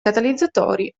catalizzatori